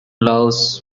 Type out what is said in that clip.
loves